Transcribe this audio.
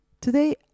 Today